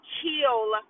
kill